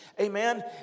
Amen